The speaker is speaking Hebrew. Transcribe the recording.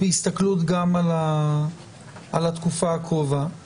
בהסתכלות על התקופה הקרובה.